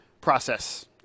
Process